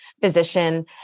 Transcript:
physician